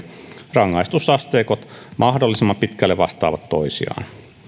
rangaistusasteikot mahdollisimman pitkälle vastaavat toisiaan